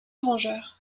arrangeur